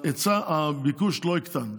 הביקוש לא יקטן.